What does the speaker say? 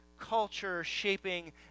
culture-shaping